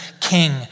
king